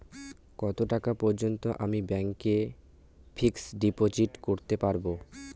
কত টাকা পর্যন্ত আমি ব্যাংক এ ফিক্সড ডিপোজিট করতে পারবো?